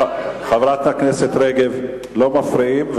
חברת הכנסת רגב, לא מפריעים.